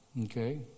Okay